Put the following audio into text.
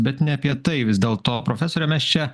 bet ne apie tai vis dėl to profesore mes čia